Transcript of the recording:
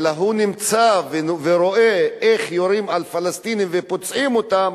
אלא הוא נמצא ורואה איך יורים על פלסטינים ופוצעים אותם